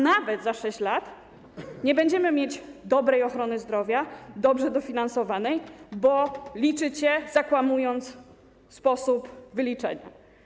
Nawet za 6 lat nie będziemy mieć dobrej ochrony zdrowia, dobrze dofinansowanej, bo liczycie, zakłamując sposób wyliczenia.